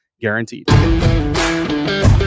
guaranteed